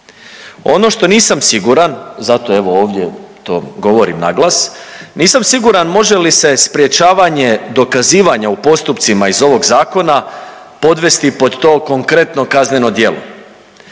Ono što nisam siguran, zato evo, ovdje to govorim naglas, nisam siguran može li se sprječavanje dokazivanja u postupcima iz ovog zakona podvesti pod to konkretno kazneno djelo,